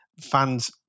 fans